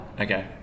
Okay